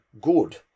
good